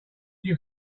you